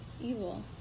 evil